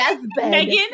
Megan